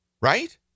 Right